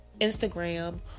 Instagram